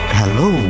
Hello